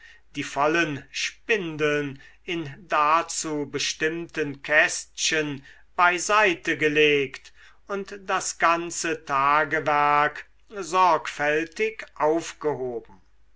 die vollen spindeln in dazu bestimmten kästchen beiseitegelegt und das ganze tagewerk sorgfältig aufgehoben